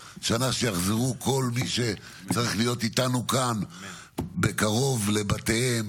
ביום שבת השתתפתי בעצרת בקשתות בשער הנגב.